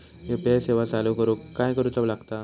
UPI सेवा चालू करूक काय करूचा लागता?